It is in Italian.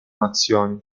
nazioni